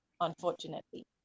unfortunately